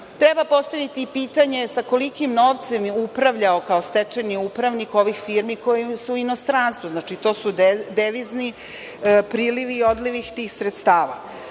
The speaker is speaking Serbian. postaviti i pitanje sa kolikim novcem je upravljao kao stečajni upravnik ovih firmi koje su u inostranstvu? To su devizni prilivi i odlivi tih sredstava. Ono